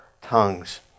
tongues